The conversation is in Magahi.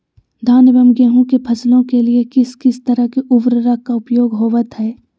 धान एवं गेहूं के फसलों के लिए किस किस तरह के उर्वरक का उपयोग होवत है?